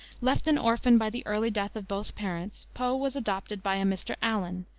left an orphan by the early death of both parents, poe was adopted by a mr. allan,